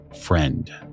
friend